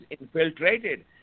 infiltrated